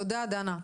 תודה, דנה.